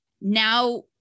now